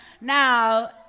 Now